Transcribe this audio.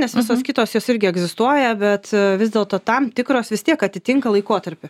nes visos kitos jos irgi egzistuoja bet vis dėlto tam tikros vis tiek atitinka laikotarpį